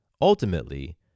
ultimately